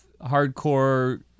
hardcore